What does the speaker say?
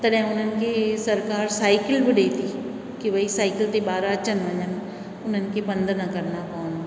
तॾहिं उन्हनि खे इहे सरकारु साइकिल बि ॾिए थी की भई साइकिल ते ॿार अचनि वञनि उन्हनि खे पंध न करिणो पए